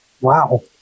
wow